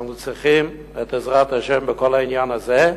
אנחנו צריכים את עזרת השם בכל העניין הזה,